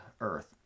earth